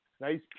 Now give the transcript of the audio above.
Nice